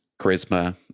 charisma